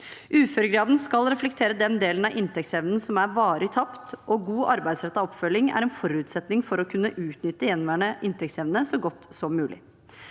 Uføregraden skal reflektere den delen av inntektsevnen som er varig tapt, og god arbeidsrettet oppfølging er en forutsetning for å kunne utnytte gjenværende inntektsevne så godt som mulig.